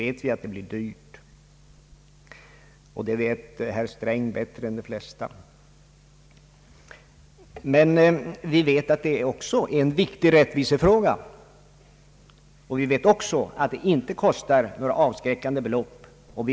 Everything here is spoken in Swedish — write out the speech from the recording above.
Vi vet att det kommer att bli dyrt, och herr Sträng vet det bättre än de flesta. Men vi vet också att det är en viktig rättvisefråga och att det inte kostar några avskräckande belopp.